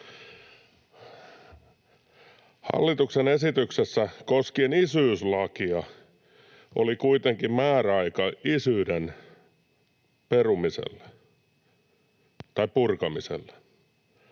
Hallituksen esityksessä koskien isyyslakia oli kuitenkin määräaika isyyden purkamiselle.